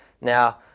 now